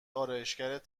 آرایشگرت